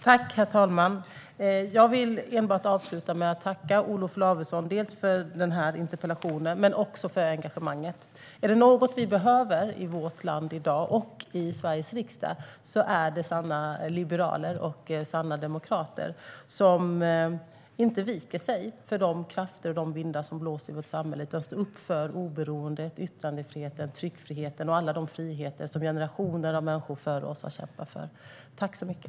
Herr talman! Jag vill avsluta med att tacka Olof Lavesson för interpellationen men också för engagemanget. Är det något vi behöver i vårt land i dag och i Sveriges riksdag är det sanna liberaler och sanna demokrater som inte viker sig för de krafter och de vindar som finns i vårt samhälle utan som står upp för oberoendet, yttrandefriheten, tryckfriheten och alla de friheter som generationer av människor före oss har kämpat för. Tack så mycket!